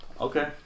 Okay